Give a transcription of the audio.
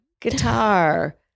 guitar